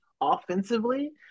offensively